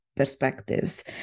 perspectives